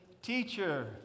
Teacher